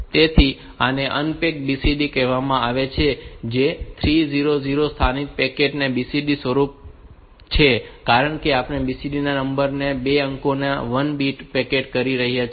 તેથી આને packed BCD કહેવામાં આવે છે જે 3000 સ્થાનિક પેક્ડ BCD સ્વરૂપ છે કારણ કે આપણે BCD નંબરના 2 અંકોને 1 બીટ માં પેક્ડ કરી રહ્યા છીએ